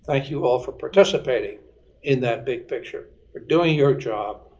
and you all for participating in that big picture. for doing your job.